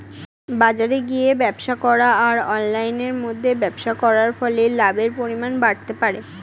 বাজারে গিয়ে ব্যবসা করা আর অনলাইনের মধ্যে ব্যবসা করার ফলে লাভের পরিমাণ বাড়তে পারে?